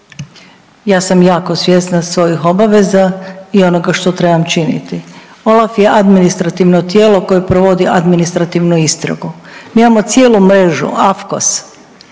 Ja sam jako svjesna svojih obaveza i onoga što trebam činiti. OLAF je administrativno tijelo koje provodi administrativnu istragu, mi imamo cijelu mrežu AFCOS